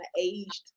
aged